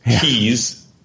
keys